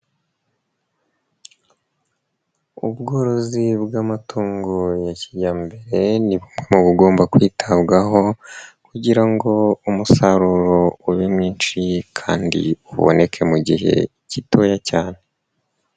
Ubworozi bw'amatungo ya kijyambere ni bumwe mubugomba kwitabwaho kugira ngo umusaruro ube mwinshi kandi uboneke mu gihe gitoya cyane.